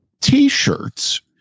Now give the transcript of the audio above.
t-shirts